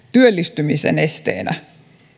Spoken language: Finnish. työllistymisen esteenä